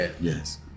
Yes